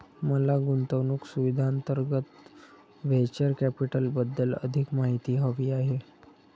मला गुंतवणूक सुविधांअंतर्गत व्हेंचर कॅपिटलबद्दल अधिक माहिती हवी आहे